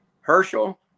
Herschel